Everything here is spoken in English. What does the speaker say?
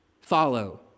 follow